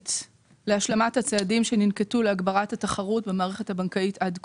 חיונית להשלמת הצעדים שננקטו להגברת התחרות במערכת הבנקאי עד כה,